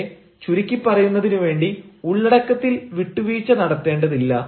പക്ഷേ ചുരുക്കി പറയുന്നതിന് വേണ്ടി ഉള്ളടക്കത്തിൽ വിട്ടുവീഴ്ച നടത്തേണ്ടതില്ല